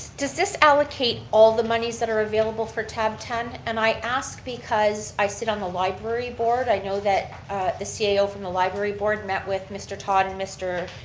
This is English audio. does this allocate all the monies that are available for tab ten? and i ask because i sit on the library board. i know that the so cio from the library board met with mr. todd and mr.